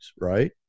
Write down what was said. right